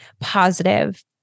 positive